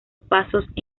pasos